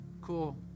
Cool